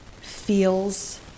feels